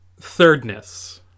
Thirdness